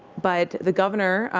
but the governor,